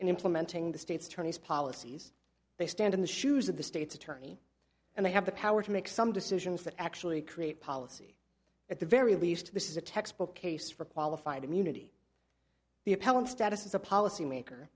in implementing the state's attorney's policies they stand in the shoes of the state's attorney and they have the power to make some decisions that actually create policy at the very least this is a textbook case for qualified immunity the appellant status as a policy maker